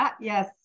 Yes